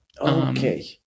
Okay